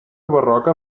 barroca